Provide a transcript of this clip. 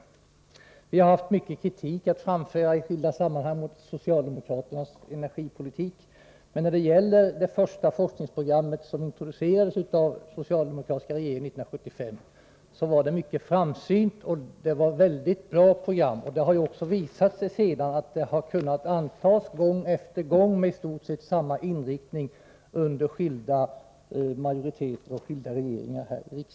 Vi har i skilda sammanhang haft mycken kritik att framföra mot socialdemokraternas energipolitik, men det första forskningsprogrammet, som introducerades av den socialdemokratiska regeringen 1975, var ett mycket framsynt och bra program. Det har också sedan visat sig att det har kunnat antas här i riksdagen gång efter gång med i stort sett samma inriktning under skilda majoriteter och skilda regeringar.